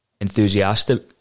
enthusiastic